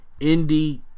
indie